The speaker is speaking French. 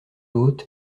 haute